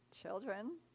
children